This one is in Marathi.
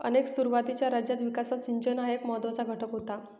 अनेक सुरुवातीच्या राज्यांच्या विकासात सिंचन हा एक महत्त्वाचा घटक होता